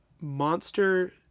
monster